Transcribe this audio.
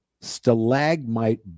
stalagmite